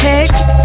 Text